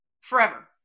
forever